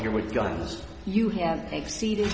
here with guns you have exceeded